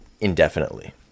indefinitely